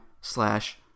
slash